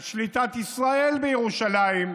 את שליטת ישראל בירושלים,